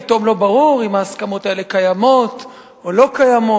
פתאום לא ברור אם ההסכמות האלה קיימות או לא קיימות,